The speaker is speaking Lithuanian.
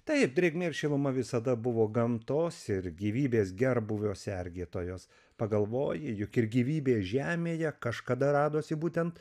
taip drėgmė ir šiluma visada buvo gamtos ir gyvybės gerbūvio sergėtojos pagalvoji juk ir gyvybė žemėje kažkada radosi būtent